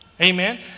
Amen